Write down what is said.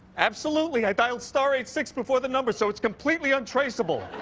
absolutely. i dialed star eighty six before the number, so it's completely untraceable.